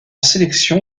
sélection